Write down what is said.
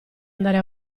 andare